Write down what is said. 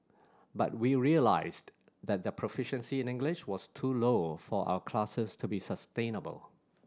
but we realised that their proficiency in English was too low for our classes to be sustainable